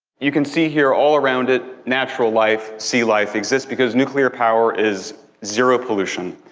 you can see here all around it, natural life, sea life exists, because nuclear power is zero-pollution.